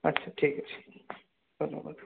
আচ্ছা ঠিক আছে ধন্যবাদ